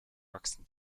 wachsen